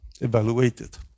evaluated